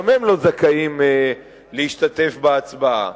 גם הם לא זכאים להשתתף בהצבעה.